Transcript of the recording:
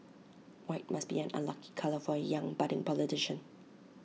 white must be an unlucky colour for A young budding politician